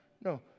no